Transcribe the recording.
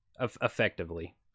Effectively